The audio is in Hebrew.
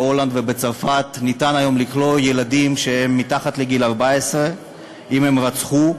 בהולנד ובצרפת ניתן היום לכלוא ילדים שהם מתחת לגיל 14 אם הם רצחו,